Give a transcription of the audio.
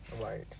Right